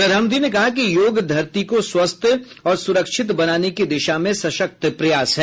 प्रधानमंत्री ने कहा कि योग धरती को स्वस्थ और सुरक्षित बनाने की दिशा में सशक्त प्रयास है